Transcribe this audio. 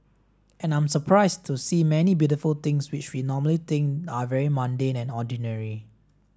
and I'm surprised to see many beautiful things which we normally think are very mundane and ordinary